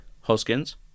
Hoskins